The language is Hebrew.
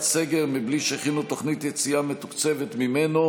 סגר מבלי שהכינו תוכנית יציאה מתוקצבת ממנו.